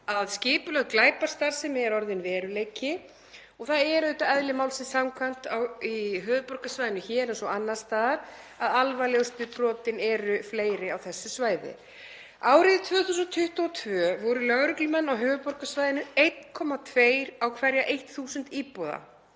og skipulögð glæpastarfsemi er orðinn veruleiki. Það er eðli málsins samkvæmt á höfuðborgarsvæðinu, hér eins og annars staðar, að alvarlegustu brotin eru fleiri á þessu svæði. Árið 2022 voru lögreglumenn á höfuðborgarsvæðinu 1,2 á hverja 1.000 íbúa,